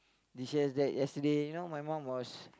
dishes that yesterday you know my mom was